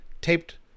taped